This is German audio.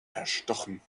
erstochen